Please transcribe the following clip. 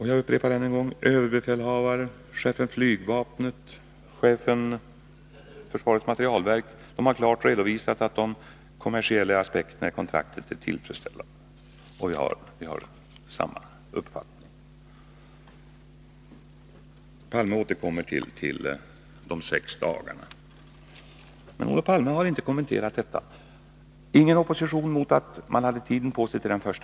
Jag upprepar än en gång: Överbefälhavaren, chefen för flygvapnet och chefen för försvarets materielverk har klart redovisat att de kommersiella aspekterna i kontraktet är tillfredsställande, och jag har samma uppfattning. Olof Palme återkommer till de sex dagarna. Men Olof Palme har inte kommenterat det förhållandet att det inte har funnits någon opposition mot vårt uttalande att ni hade tiden på er fram till den 1 maj.